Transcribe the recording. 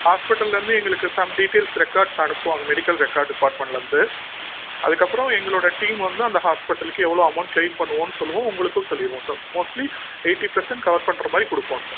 ஹாஸ்பிட்டலேருந்து எங்களுக்கு some details records அனுப்புவாங்க medical record டிபார்ட்மெண்ட்லேருந்து அதுக்கப்புறோம் எங்களோடய டீம் வந்து அந்த ஹாஸ்பிட்டலுக்கு எவ்வளோ அமௌண்ட் க்ளைம் பண்ணுவோன்னு சொல்லுவோம் உங்களுக்கும் சொல்லிருவோம் sir mostly eighty percent cover பண்ணுற மாதிரி கொடுப்போம் சார்